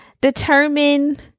determine